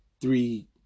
three